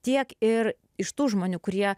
tiek ir iš tų žmonių kurie